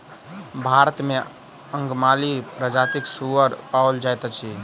भारत मे अंगमाली प्रजातिक सुगर पाओल जाइत अछि